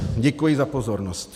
Děkuji za pozornost.